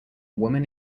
woman